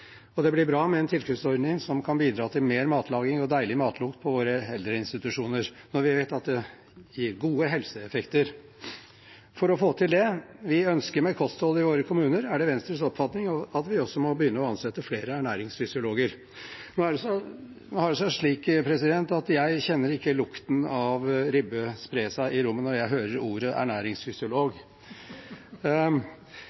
og det blir bra med en tilskuddsordning som kan bidra til mer matlaging og deilig matlukt på våre eldreinstitusjoner, når vi vet at det gir gode helseeffekter. For å få til det vi ønsker når det gjelder kosthold i våre kommuner, er det Venstres oppfatning at vi også må begynne å ansette flere ernæringsfysiologer. Nå har det seg slik at jeg ikke kjenner lukten av ribbe spre seg i rommet når jeg hører ordet